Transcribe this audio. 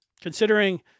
considering